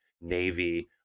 navy